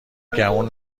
گمون